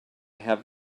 have